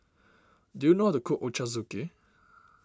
do you know how to cook Ochazuke